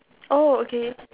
oh okay